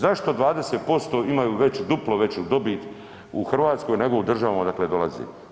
Zašto 20% imaju duplo veću dobit u Hrvatskoj nego u državama odakle dolaze?